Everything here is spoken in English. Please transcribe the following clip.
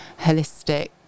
holistic